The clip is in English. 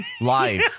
live